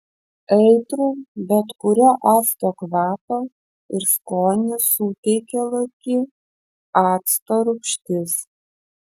aitrų bet kurio acto kvapą ir skonį suteikia laki acto rūgštis